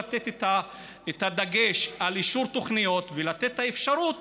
לתת את הדגש על אישור תוכניות ולתת את האפשרות